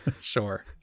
Sure